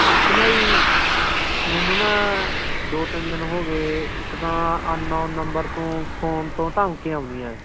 ਇੱਕ ਨਾ ਜੀ ਮੈਨੂੰ ਨਾ ਦੋ ਤਿੰਨ ਦਿਨ ਹੋ ਗਏ ਇੱਕ ਤਾਂ ਅਨਨੋਨ ਨੰਬਰ ਤੋਂ ਫੋਨ ਤੋਂ ਧਮਕੀਆਂ ਆਉਂਦੀਆਂ